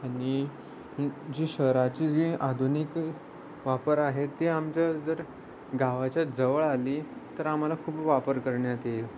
आणि जी शहराची जी आधुनिक वापर आहे ते आमचं जर गावाच्या जवळ आली तर आम्हाला खूप वापर करण्यात येईल